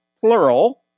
plural